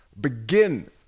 begin